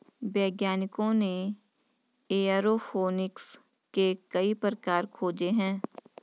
वैज्ञानिकों ने एयरोफोनिक्स के कई प्रकार खोजे हैं